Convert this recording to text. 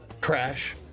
Crash